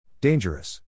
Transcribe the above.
Dangerous